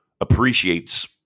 appreciates